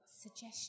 Suggestion